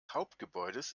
hauptgebäudes